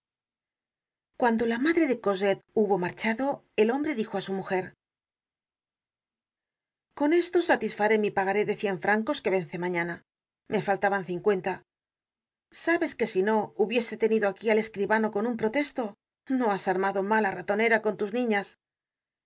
cuando la madre de cosette hubo marchado el hombre dijo á su mujer cou esto satisfaré mi pagaré de cien francos que vence mañana me faltaban cincuenta sabes que si no hubiese tenido aquí al escribano con un protesto no has armado mala ratonera con tus niñas